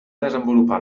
desenvolupar